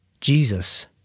Jesus